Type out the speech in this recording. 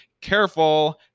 Careful